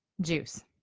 juice